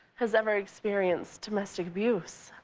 has ever experienced domestic abuse.